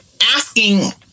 asking